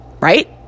Right